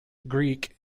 greek